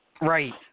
Right